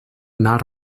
not